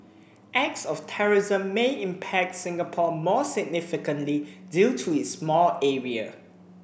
acts of terrorism may impact Singapore more significantly due to its small area